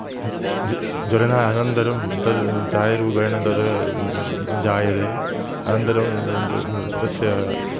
ज् ज् ज्वालेन अनन्तरं तद् चायरूपेण तद् जायते अनन्तरं तद् तस्य